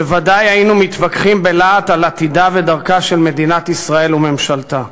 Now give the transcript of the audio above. בוודאי היינו מתווכחים בלהט על עתידה ודרכה של מדינת ישראל ושל ממשלתה,